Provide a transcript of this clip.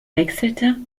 wechselte